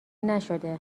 نشده